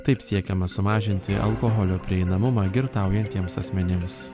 taip siekiama sumažinti alkoholio prieinamumą girtaujantiems asmenims